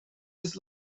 his